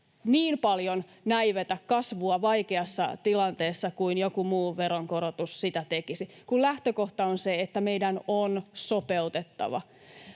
niin paljon näivetä kasvua vaikeassa tilanteessa kuin joku muu veronkorotus sitä tekisi. Kun lähtökohta on se, että meidän on sopeutettava,